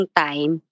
time